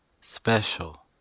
special